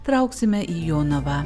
trauksime į jonavą